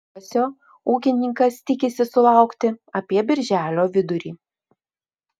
bulviakasio ūkininkas tikisi sulaukti apie birželio vidurį